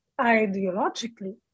ideologically